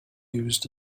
used